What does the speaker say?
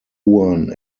juan